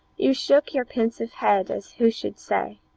you shook your pensive head as who should say,